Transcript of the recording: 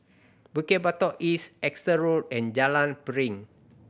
Bukit Batok East Exeter Road and Jalan Piring